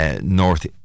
North